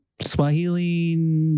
Swahili